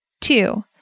Two